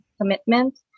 commitment